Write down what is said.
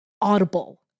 audible